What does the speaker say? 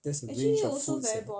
that's a range of foods leh